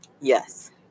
Yes